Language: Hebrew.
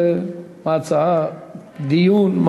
דיון?